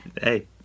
Hey